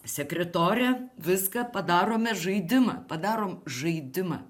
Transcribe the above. sekretorė viską padarome žaidimą padarom žaidimą